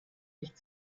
nicht